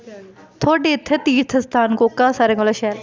थुआढ़े इत्थे तीर्थ स्थान कोह्का सारे कोला शैल